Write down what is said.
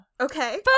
Okay